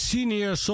Senior